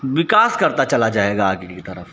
विकास करता चला जाएगा आगे की तरफ़